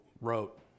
wrote